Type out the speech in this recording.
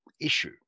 issue